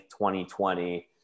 2020